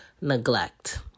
neglect